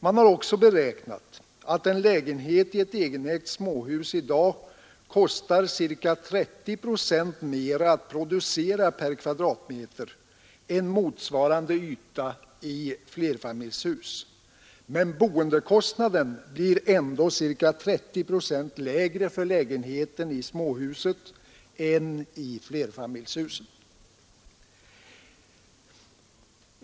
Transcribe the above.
Man har också beräknat att en lägenhet i ett egenägt småhus i dag kostar ca 30 procent mera att producera per kvadratmeter än motsvarande yta i flerfamiljshus, men boendekostnaden blir ändå ca 30 procent lägre för lägenheten i småhuset än i flerfamiljshuset.